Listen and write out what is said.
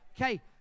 Okay